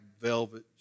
velvet